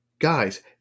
Guys